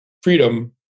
Freedom